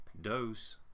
dose